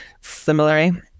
Similarly